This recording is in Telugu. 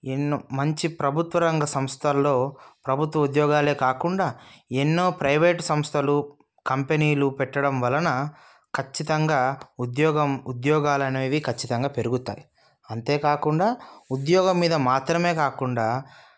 ఎన్నో మంచి ప్రభుత్వ రంగ సంస్థల్లో ప్రభుత్వ ఉద్యోగాలు కాకుండా ఎన్నో ప్రైవేట్ సంస్థలు కంపెనీలు పెట్టడం వలన ఖచ్చితంగా ఉద్యోగం ఉద్యోగాలు అనేవి ఖచ్చితంగా పెరుగుతాయి అంతేకాకుండా ఉద్యోగం మీద మాత్రమే కాకుండా